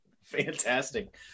Fantastic